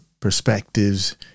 Perspectives